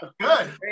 good